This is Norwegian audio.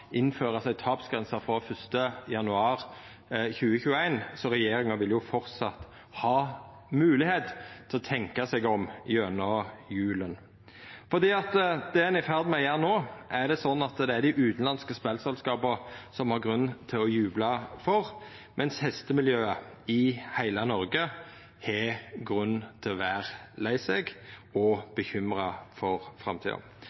frå 1. januar 2021, så regjeringa vil framleis ha moglegheit til å tenkja seg om gjennom jula. Det ein er i ferd med å gjera no, er det dei utanlandske spelselskapa som har grunn til å jubla for, mens hestemiljøet i heile Noreg har grunn til å vera lei seg og bekymra for framtida.